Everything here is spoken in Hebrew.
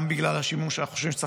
גם בגלל השימוש שאנחנו חושבים שצריך